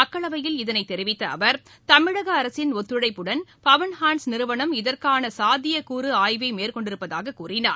மக்களவையில் இதனைத் தெரிவித்தஅவர் தமிழகஅரசின் ஒத்துழைப்புடன் பவன்ஹான்ஸ் நிறுவனம் இதற்கானசாத்தியக்கூறுஆய்வைமேற்கொண்டிருப்பதாகக் கூறினார்